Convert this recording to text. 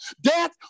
Death